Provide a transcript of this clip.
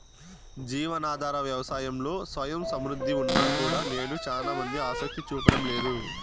జీవనాధార వ్యవసాయంలో స్వయం సమృద్ధి ఉన్నా కూడా నేడు చానా మంది ఆసక్తి చూపడం లేదు